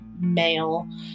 male